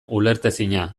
ulertezina